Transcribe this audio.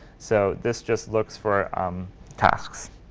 so this just looks for tasks.